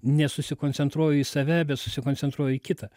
nesusikoncentruoju į save bet susikoncentruoju į kitą